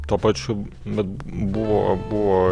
tuo pačiu bet buvo buvo